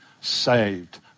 saved